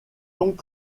donc